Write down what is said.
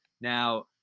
Now